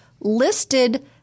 listed